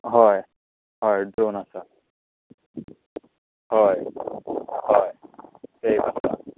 हय हय दोन आसा हय हय सेम आसा